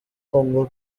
congo